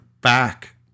back